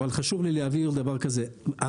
אבל חשוב לי להבהיר דבר כזה,